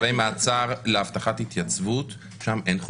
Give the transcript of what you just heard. יש הבדל בין לנהל משא-ומתן לבין להתדיין על הסדרי